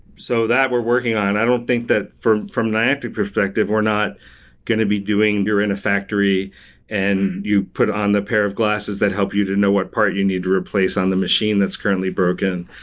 so, that we're working on. i don't think that from from niantic's perspective, we're not going to be doing you're in a factory and you put on the pair of glasses that help you to know what part you need to replace on the machine that is currently broken.